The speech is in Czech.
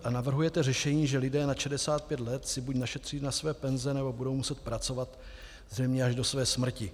A navrhujete řešení, že lidé nad 65 let si buď našetří na své penze, nebo budou muset pracovat zřejmě až do své smrti.